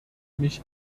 mich